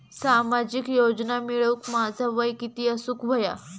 सामाजिक योजना मिळवूक माझा वय किती असूक व्हया?